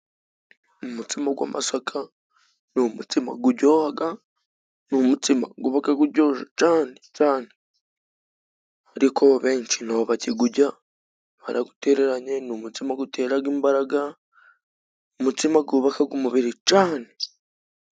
Umutsima w'amasaka ni umutsima uryoha, ni umutsima wabaga uryoshye cyane cyane, ariko benshi ntibakiwurya barawutereranye, ni umutsima utera imbaraga, umutsima wubaka umubiri cyane.